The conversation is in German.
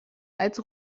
als